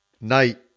night